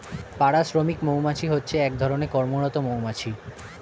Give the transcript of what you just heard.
পাড়া শ্রমিক মৌমাছি হচ্ছে এক ধরণের কর্মরত মৌমাছি